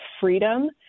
freedom